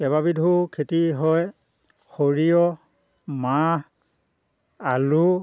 কেইবাবিধো খেতি হয় সৰিয়হ মাহ আলু